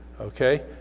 okay